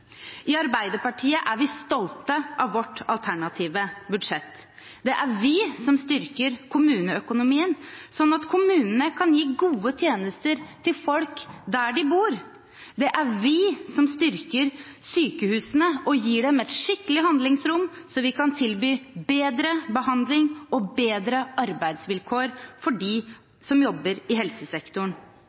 I Arbeiderpartiet er vi stolt av vårt alternative budsjett. Det er vi som styrker kommuneøkonomien, sånn at kommunene kan gi gode tjenester til folk der de bor. Det er vi som styrker sykehusene og gir dem et skikkelig handlingsrom, så vi kan tilby bedre behandling og bedre arbeidsvilkår for dem som jobber i helsesektoren.